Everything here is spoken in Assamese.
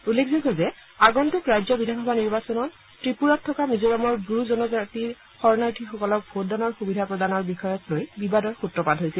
উল্লেখযোগ্য যে আগম্ভক ৰাজ্য বিধানসভা নিৰ্বাচনত ত্ৰিপুৰাত থকা মিজোৰামৰ ব্ৰু জনজাতিৰ শৰণাৰ্থীসকলক ভোটদানৰ সূবিধা প্ৰদানৰ বিষয়ক লৈ বিবাদৰ সূত্ৰপাত হৈছিল